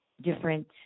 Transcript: different